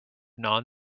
non